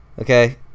okay